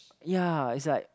ya is like